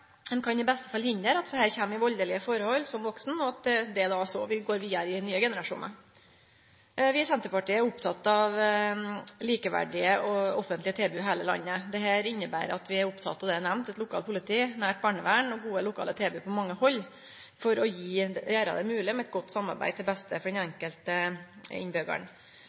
Ein kan i beste fall hindre at dei kjem i valdelege forhold som vaksne, og at det så vil gå vidare i nye generasjonar. Vi i Senterpartiet er opptekne av likeverdige og offentlege tilbod i heile landet. Det inneber at vi er opptekne av det eg nemnde: eit lokalt politi, eit nært barnevern og gode lokale tilbod på mange hald for å gjere det mogleg med eit godt samarbeid til beste for den enkelte